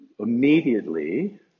Immediately